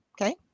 Okay